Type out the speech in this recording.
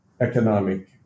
economic